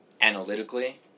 analytically